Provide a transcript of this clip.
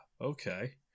okay